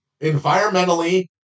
environmentally